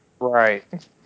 Right